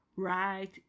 right